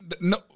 no